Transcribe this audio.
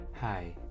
Hi